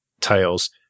Tails